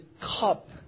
cup